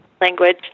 language